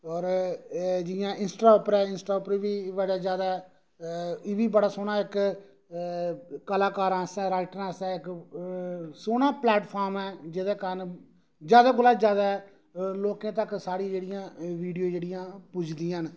और जि'यां इंस्टा उपर बी बडे जैदा ऐ बी बड़ा इक कलाकार आं अस ते राइटर आं अस सोह्ना प्लैटफार्म ऐ जेहदे काऱण जैदा कोला जैदा लोकें तक्कर साढ़ी जेह्ड़ियां विडियो जेह्ड़ियां पुजदी न